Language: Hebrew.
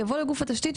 יבוא לגוף התשתית,